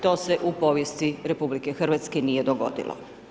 To se u povijesti RH nije dogodilo.